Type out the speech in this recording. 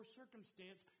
circumstance